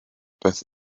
beth